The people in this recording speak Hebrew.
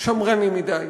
אצל אנשים שמרנים מדי,